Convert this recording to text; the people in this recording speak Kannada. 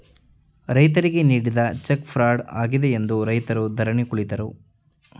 ರೈತರಿಗೆ ನೀಡಿದ ಚೆಕ್ ಫ್ರಾಡ್ ಆಗಿದೆ ಎಂದು ರೈತರು ಧರಣಿ ಕುಳಿತರು